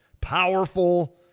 Powerful